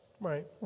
Right